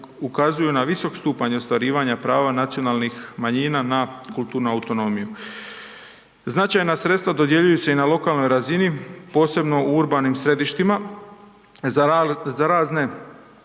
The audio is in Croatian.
na visok stupanj ostvarivanja prava nacionalnih manjina na kulturnu autonomiju. Značajna sredstva dodjeljuju se i na lokalnoj razini, posebno u urbanim središtima, za razne